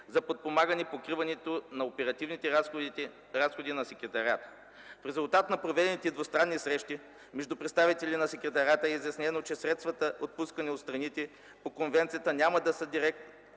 за подпомагане покриването на оперативните разходи на Секретариата. В резултат на проведените двустранни срещи между представители на Секретариата е изяснено, че средствата, отпускани от страните по конвенцията, няма да са за директна